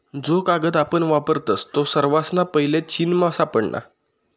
जो कागद आपण वापरतस तो सर्वासना पैले चीनमा सापडना